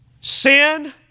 sin